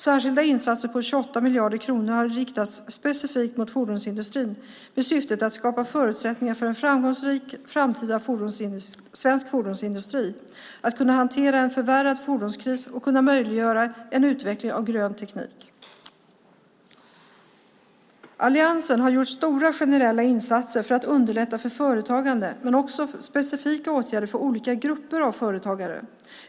Särskilda insatser på 28 miljarder kronor har riktats specifikt mot fordonsindustrin med syftet att skapa förutsättningar för en framgångsrik framtida svensk fordonsindustri, att kunna hantera en förvärrad fordonskris och möjliggöra en utveckling av grön teknik. Alliansen har gjort stora generella insatser för att underlätta för företagande men också specifika åtgärder för olika grupper av företagare.